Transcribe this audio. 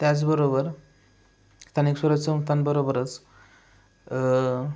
त्याचबरोबर स्थानिक संस्थांबरोबरच